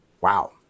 wow